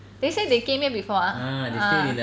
they say they came here before ah ah